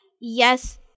yes